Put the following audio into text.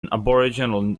aboriginal